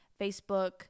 Facebook